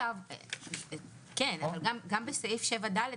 אבל גם בסעיף 7ד,